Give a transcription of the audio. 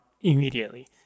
immediately